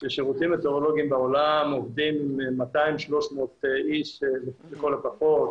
כאשר שירותים מטאורולוגים בעולם עובדים עם 300-200 אנשים לכל הפחות.